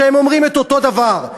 שאומרים את אותו הדבר,